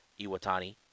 Iwatani